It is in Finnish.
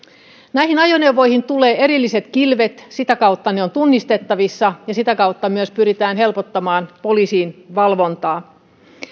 näihin ajoneuvoihin tulee erilliset kilvet sitä kautta ne ovat tunnistettavissa ja sitä kautta myös pyritään helpottamaan poliisin valvontaa